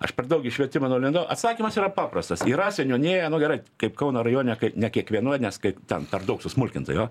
aš per daug į švietimą nulindau atsakymas yra paprastas yra seniūnijoj nu gerai kaip kauno rajone ne kiekvienoj nes kaip ten per daug susmulkinta jo